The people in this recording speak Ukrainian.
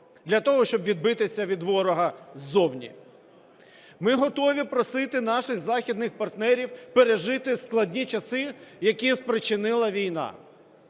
для того, щоб відбитися від ворога ззовні. Ми готові просити наших західних партнерів пережити складні часи, які спричинила війна.